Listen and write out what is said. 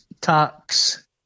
tax